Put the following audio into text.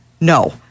No